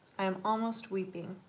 i am almost weeping.